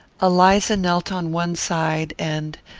eliza knelt on one side, and,